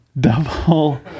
Double